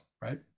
Right